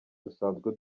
dusanzwe